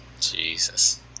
Jesus